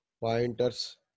pointers